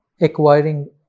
acquiring